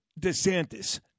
DeSantis